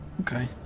okay